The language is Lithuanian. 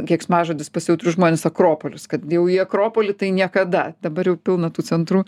keiksmažodis pas jautrius žmones akropolis kad jau į akropolį tai niekada dabar jau pilna tų centrų